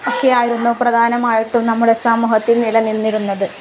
ഒക്കെയായിരുന്നു പ്രധാനമായിട്ടും നമ്മുടെ സമൂഹത്തിൽ നിലനിന്നിരുന്നത്